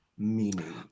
meaning